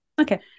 Okay